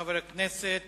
חבר הכנסת